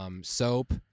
soap